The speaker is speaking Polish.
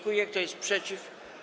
Kto jest przeciw?